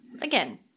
again